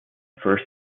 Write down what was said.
first